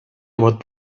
about